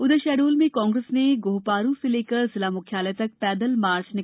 उधर शहडोल में कांग्रेस ने गोहपारू से लेकर जिला मुख्यालय तक पैदल मार्च किया